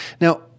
Now